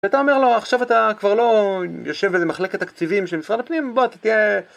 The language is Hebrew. ואתה אומר לו, עכשיו אתה כבר לא יושב באיזה מחלקת תקציבים של משרד הפנים, בוא, אתה תהיה...